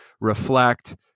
reflect